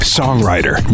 songwriter